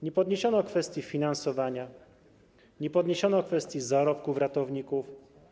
Nie podniesiono kwestii finansowania, nie podniesiono kwestii zarobków ratowników.